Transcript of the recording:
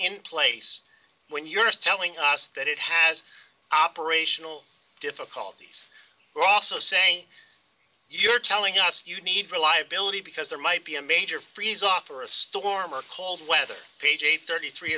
in place when you're telling us that it has operational difficulties we're also saying you're telling us you need reliability because there might be a major freeze offer a storm or cold weather page eight